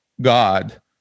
God